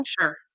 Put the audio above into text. Sure